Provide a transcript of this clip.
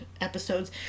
episodes